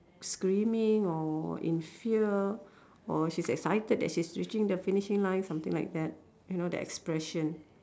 screaming or in fear or she's excited that's she's reaching the finishing line something like that you know the expression